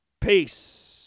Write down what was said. Peace